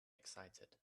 excited